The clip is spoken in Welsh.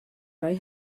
roi